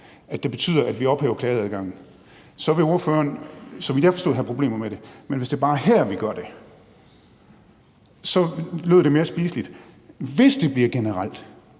at det betyder, at vi ophæver klageadgangen, så vil ordføreren, så vidt jeg forstod, have problemer med det. Men hvis det bare er her, vi gør det, så lød det mere spiseligt. Hvis det bliver generelt,